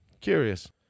curious